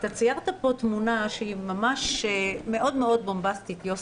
ציירת פה תמונה שהיא מאוד מאוד בומבסטית, יוסי.